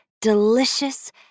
delicious